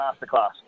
masterclass